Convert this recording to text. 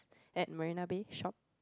at Marina-Bay-Shoppe